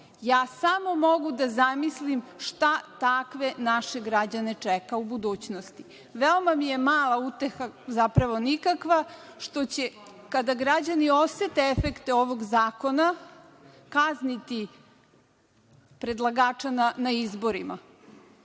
ja samo mogu da zamislim šta takve naše građane čeka u budućnosti. Veoma mi je mala uteha, zapravo nikakva, što će kada građani osete efekte ovog zakona kazniti predlagača na izborima,